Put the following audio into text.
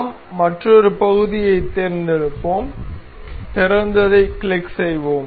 நாம் மற்றொரு பகுதியைத் தேர்ந்தெடுப்போம் திறந்ததைக் கிளிக் செய்வோம்